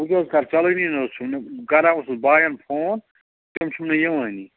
وۅں کیٛاہ حظ کَرٕ چَلانٕے نہَ حظ چھُم نہٕ گرا اوسُس بایَن فون تِم چھِم نہٕ یِوانٕے